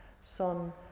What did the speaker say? son